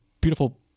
beautiful